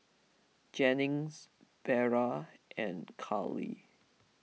Jennings Vera and Carly